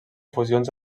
fusions